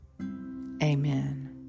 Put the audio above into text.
Amen